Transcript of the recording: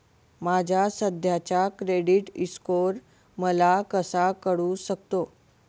माझा सध्याचा credit score मला कसा कळू शकतो?